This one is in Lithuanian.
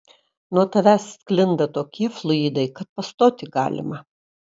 nuo tavęs sklinda tokie fluidai kad pastoti galima